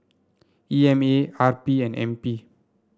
E M A R P and N P